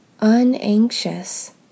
unanxious